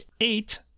eight